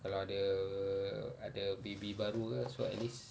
kalau ada ada baby baru ke so at least